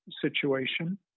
situation